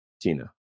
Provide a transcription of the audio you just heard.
tina